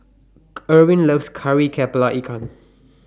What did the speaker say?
Irvin loves Kari Kepala Ikan